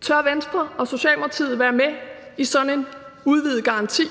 Tør Venstre og Socialdemokratiet være med i sådan en udvidet garanti?